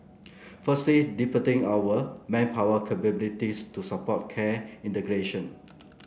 firstly deepening our manpower capabilities to support care integration